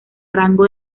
rango